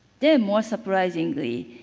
then, more surprisingly,